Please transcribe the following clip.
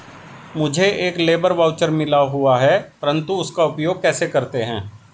मुझे एक labour voucher मिला हुआ है परंतु उसका उपयोग कैसे करते हैं?